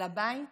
על הבית,